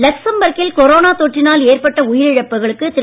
லக்சம்பர்க்கில் corona தொற்றினால் ஏற்பட்ட உயிரிழப்புகளுக்கு திரு